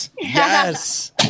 Yes